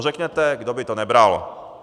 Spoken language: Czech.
Řekněte, kdo by to nebral?